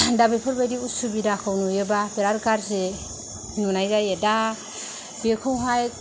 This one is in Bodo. दा बेफोरबादि उसुबिदा खौ नुयोबा बिरात गाज्रि नुनाय जायो दा बेखौहाय